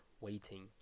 waiting